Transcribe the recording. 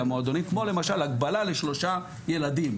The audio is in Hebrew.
המועדונים כמו למשל הגבלה לשלושה ילדים.